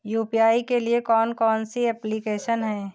UPI के लिए कौन कौन सी एप्लिकेशन हैं?